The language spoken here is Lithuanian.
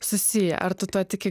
susiję ar tu tuo tiki